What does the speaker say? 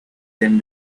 them